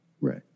right